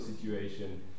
situation